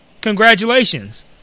Congratulations